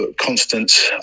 constant